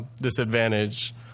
disadvantage